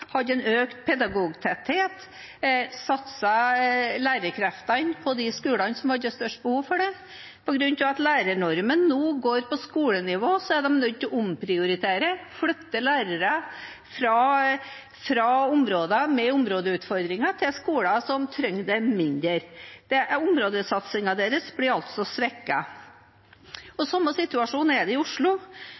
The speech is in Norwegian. økt pedagogtetthet, satset lærerkreftene på de skolene som har hatt størst behov for det. På grunn av at lærernormen nå går på skolenivå, er de nødt til å omprioritere – flytte lærere fra områder med områdeutfordringer til skoler som trenger det mindre. Områdesatsingen deres blir altså svekket. Samme situasjon har man i Oslo.